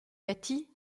bâti